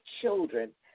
children